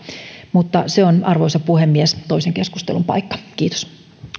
mutta se on arvoisa puhemies toisen keskustelun paikka kiitos